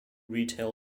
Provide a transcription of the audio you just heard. retail